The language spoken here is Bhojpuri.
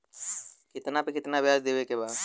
कितना पे कितना व्याज देवे के बा?